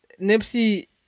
Nipsey